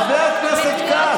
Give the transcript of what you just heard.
חבר הכנסת כץ.